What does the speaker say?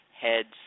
heads